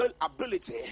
ability